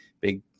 big